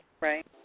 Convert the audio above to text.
right